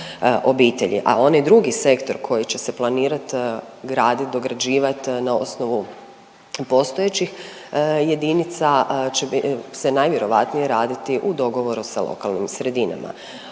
obitelji, a onaj drugi sektor koji će se planirati graditi, dograđivati na osnovu postojećih jedinica će se najvjerovatnije raditi u dogovoru sa lokalnim sredinama